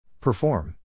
Perform